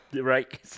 right